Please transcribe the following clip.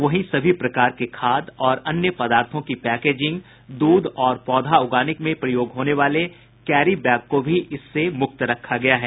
वहीं सभी प्रकार के खाद और अन्य पदार्थों की पैकेजिंग दूध और पौधा उगाने के लिए प्रयोग होने वाले कैरी बैग को भी इससे मुक्त रखा गया है